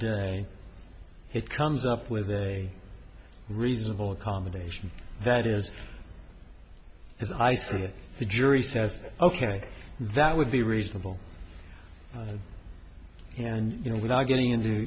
day it comes up with a reasonable accommodation that is as i see it the jury says ok that would be reasonable and you know without getting into